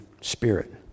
spirit